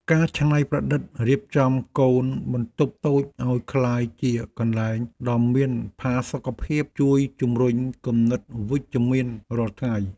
ការច្នៃប្រឌិតរៀបចំកូនបន្ទប់តូចឱ្យក្លាយជាកន្លែងដ៏មានផាសុកភាពជួយជម្រុញគំនិតវិជ្ជមានរាល់ថ្ងៃ។